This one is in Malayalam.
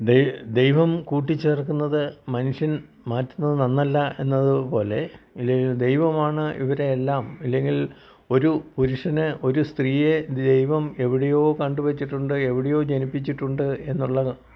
ദൈവം ദൈവം കൂട്ടിചേർക്കുന്നത് മനുഷ്യൻ മാറ്റുന്നത് നന്നല്ല എന്നത് പോലെ ഇല്ലെങ്കിൽ ദൈവമാണ് ഇവരെ എല്ലാം ഇല്ലെങ്കിൽ ഒരു പുരുഷന് ഒരു സ്ത്രീയെ ദൈവം എവിടെയോ കണ്ടുവച്ചിട്ടുണ്ട് എവിടെയോ ജനിപ്പിച്ചിട്ടുണ്ട് എന്നുള്ളത്